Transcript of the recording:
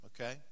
Okay